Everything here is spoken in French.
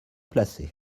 placée